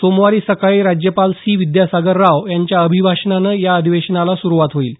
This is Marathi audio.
सोमवारी सकाळी राज्यपाल सी विद्यासागर राव यांच्या अभिभाषणानं या अधिवेशनाला सुरुवात होईल